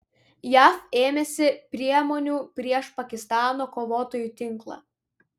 jav ėmėsi priemonių prieš pakistano kovotojų tinklą